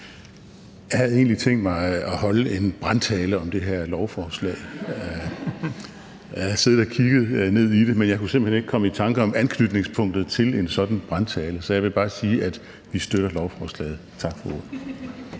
Jeg havde egentlig tænkt mig at holde en brandtale om det her lovforslag, og jeg har siddet og kigget ned i det, men jeg kunne simpelt hen ikke komme i tanker om anknytningspunktet til en sådan brandtale, så jeg vil bare sige, at vi støtter lovforslaget. Tak for ordet.